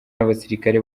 n’abasirikare